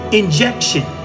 injection